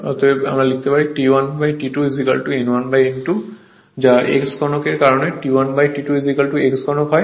অতএব আমরা লিখতে পারি T 1 থেকে T 2 n 1 n 2 হবে যা x ঘনক এর কারণে T 1 T 2 x ঘনক হয়